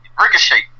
Ricochet